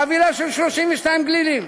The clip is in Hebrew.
חבילה של 32 גלילים